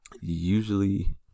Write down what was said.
Usually